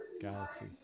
Galaxy